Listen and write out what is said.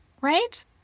Right